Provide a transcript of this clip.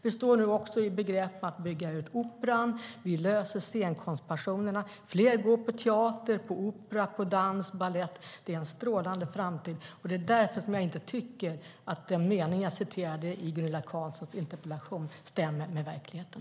Vi står nu också i begrepp att bygga ut Operan. Vi löser frågan om pensionerna inom scenkonsten. Fler går på teater, opera, dans och balett. Det är en strålande framtid. Det är därför som jag inte tycker att den mening som jag citerade i Gunilla Carlssons interpellation stämmer med verkligheten.